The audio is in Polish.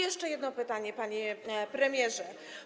Jeszcze jedno pytanie, panie premierze.